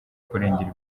kurengera